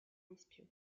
espion